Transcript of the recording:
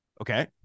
Okay